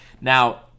Now